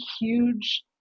huge